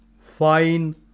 fine